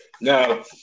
Now